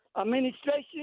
administration